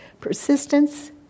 Persistence